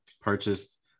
purchased